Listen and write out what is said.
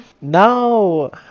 No